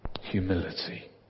Humility